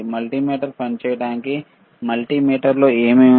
multi metre పనిచేయటానికి multimeter లో ఏమి ఉంది